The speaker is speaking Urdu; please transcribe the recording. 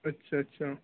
اچھا اچھا